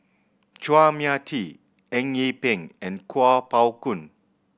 Chua Mia Tee Eng Yee Peng and Kuo Pao Kun